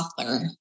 author